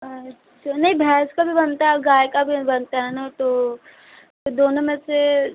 अच्छा नहीं भैंस का भी बनता है और गाय का भी बनता है ना तो तो दोनों में से